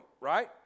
right